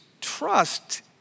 Trust